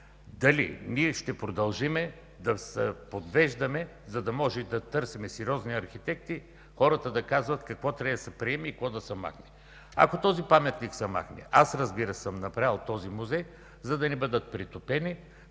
Дали ще продължим да се подвеждаме, за да можем да търсим сериозни архитекти, хората да казват какво трябва да се приеме и какво да се махне. Ако паметникът се махне. Аз съм направил този музей, за да не бъдат претопени,